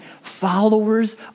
followers